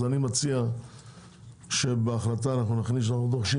אני מציע שבהחלטה אנחנו נכניס שאנחנו דורשים